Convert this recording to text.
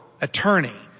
attorney